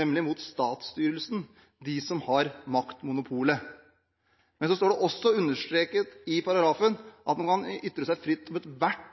nemlig statsstyrelsen – de som har maktmonopolet. Men så står det også understreket i paragrafen at man kan ytre seg fritt på ethvert annet samfunnsområde og om